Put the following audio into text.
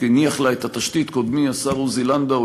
הניח לה את התשתית קודמי עוזי לנדאו,